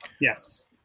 Yes